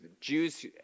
Jews